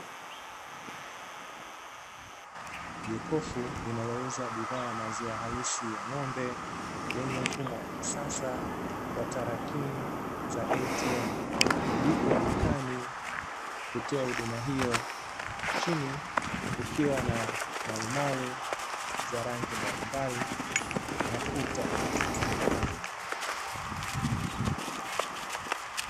Jokofu linalouza bidhaa ya maziwa halisi ya ng'ombe, lenye mfumo wa kisasa wa tarakimu za "ATM", lipo dukani kutoa huduma hiyo, chini kukiwa na marumaru za rangi mbalimbali na kuta.